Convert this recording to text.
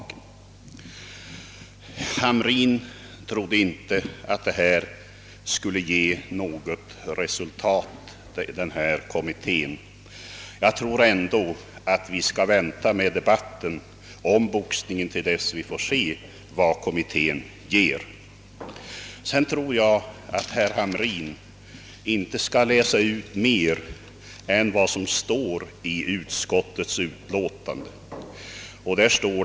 Herr Hamrin i Jönköping trodde inte att denna kommittés arbete skulle komma att ge något resultat. Jag tror ändå att vi skall vänta med debatten om boxningen till dess att vi sett vad kommittén kommer fram till. Vidare tror jag att herr Hamrin inte skall läsa ut mera ur utskottets utlåtande än vad som där verkligen står.